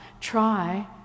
Try